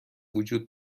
وجود